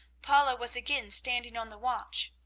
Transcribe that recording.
paula was again standing on the watch.